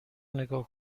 نگاه